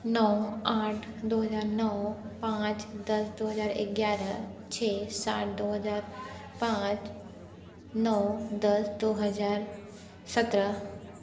नौ आठ दो हजार नौ पाँच दस दो हजार एक ग्यारह छः सात दो हजार पाँच नौ दस दो हजार सत्तरह